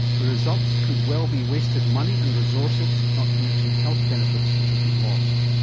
the results could well be wasted money and resources, not to mention health benefits which have been lost.